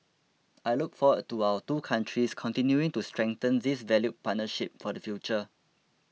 I look forward to our two countries continuing to strengthen this valued partnership for the future